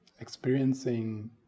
experiencing